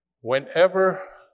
Whenever